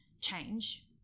change